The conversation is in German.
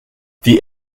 die